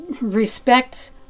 respect